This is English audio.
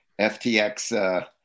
FTX